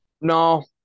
No